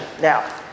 now